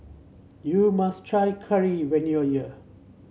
you must try curry when you are here